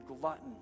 glutton